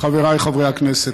חבריי חברי הכנסת,